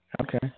Okay